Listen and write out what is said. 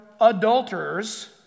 adulterers